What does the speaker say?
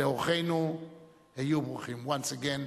נעבור להצעות לסדר-היום בנושא: